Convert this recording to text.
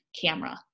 camera